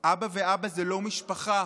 אבא ואבא זה לא משפחה,